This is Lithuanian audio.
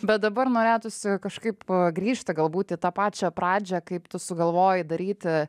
bet dabar norėtųsi kažkaip grįžti galbūt į tą pačią pradžią kaip tu sugalvoji daryti